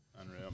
Unreal